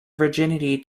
virginity